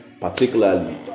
particularly